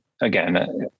again